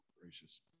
Gracious